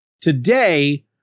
today